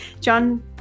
John